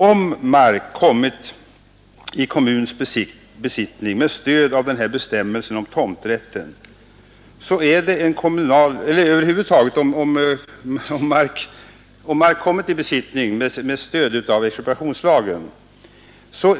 Om mark har kommit i kommuns besittning med stöd av expropriationslagen, så